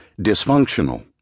dysfunctional